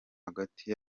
hagati